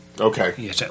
Okay